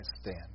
stand